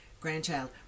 grandchild